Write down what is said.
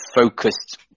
focused